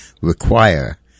require